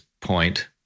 point